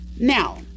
Now